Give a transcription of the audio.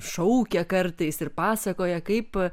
šaukia kartais ir pasakoja kaip